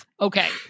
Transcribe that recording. Okay